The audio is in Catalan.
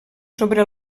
sobre